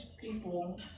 people